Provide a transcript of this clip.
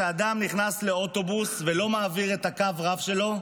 כשאדם נכנס לאוטובוס ולא מעביר את הרב-קו שלו,